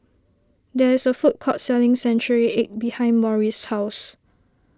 there is a food court selling Century Egg behind Maurice's house